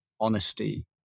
honesty